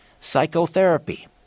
psychotherapy